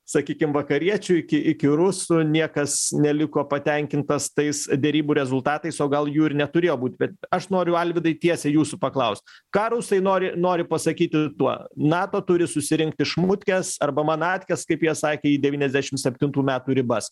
sakykim vakariečių iki iki rusų niekas neliko patenkintas tais derybų rezultatais o gal jų ir neturėjo būt bet aš noriu alvydai tiesiai jūsų paklaust ką rusai nori nori pasakyti tuo nato turi susirinkti šmutkes arba manatkes kaip jie sakė į devyniasdešim septintų metų ribas